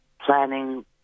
planning